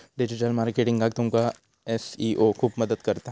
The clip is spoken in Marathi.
डिजीटल मार्केटिंगाक तुमका एस.ई.ओ खूप मदत करता